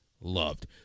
loved